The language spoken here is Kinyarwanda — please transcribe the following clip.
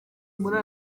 muri